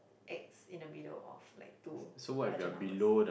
acts in the middle of like two bargain hours